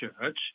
church